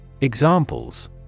Examples